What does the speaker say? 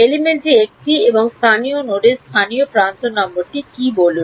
এলিমেন্টটি একটি এবং স্থানীয় নোডের স্থানীয় প্রান্ত নম্বরটি কী বলুন